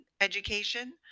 education